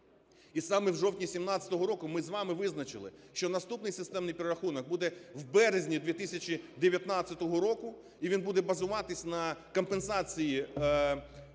І саме в жовтні 17-го року ми з вами визначили, що наступний системний перерахунок буде в березні 2019 року, і він буде базуватись на компенсації